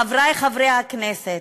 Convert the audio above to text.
חברי חברי הכנסת,